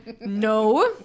No